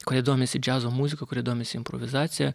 kurie domisi džiazo muzika kurie domisi improvizacija